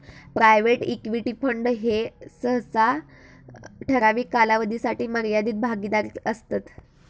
private equity fund ह्ये सहसा ठराविक कालावधीसाठी मर्यादित भागीदारीत असतत